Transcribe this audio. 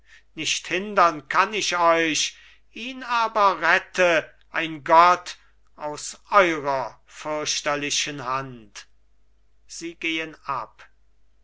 nicht hindern kann ich euch ihn aber rette ein gott aus eurer fürchterlichen hand sie gehen ab